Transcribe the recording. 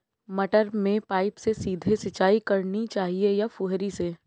मटर में पाइप से सीधे सिंचाई करनी चाहिए या फुहरी से?